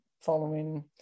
following